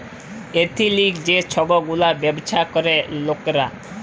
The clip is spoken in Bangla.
এথলিক যে ছব গুলা ব্যাবছা ক্যরে লকরা